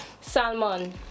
Salmon